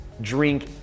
drink